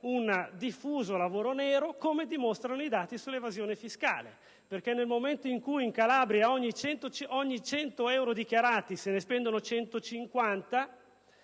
del lavoro nero, come dimostrano i dati sull'evasione fiscale. Infatti, nel momento in cui in Calabria ogni 100 euro dichiarati se ne spendono 150,